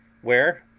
where,